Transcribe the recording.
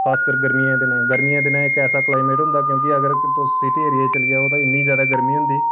खास कर गर्मियें दे दिनें गर्मियें दे दिनें इक ऐसा क्लाइमेट होंदा क्योंकि अगर तुस सिटी एरिया च चली जाओ ते इन्नी ज्यादा गर्मी होंदी